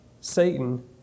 Satan